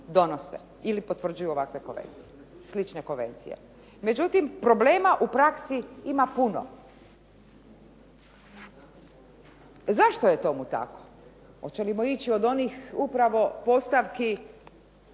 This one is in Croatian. ili potvrđuju ovakve i slične konvencije. Međutim, problema u praksi ima puno. Zašto je tomu tako? Hoćemo li ići od onih upravo postavki